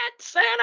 Santa